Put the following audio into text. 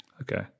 okay